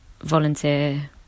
volunteer